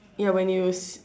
ya when you